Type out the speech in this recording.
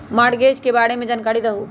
Mortgage के बारे में जानकारी देहु?